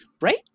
Right